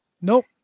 Nope